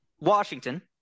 Washington